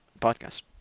podcast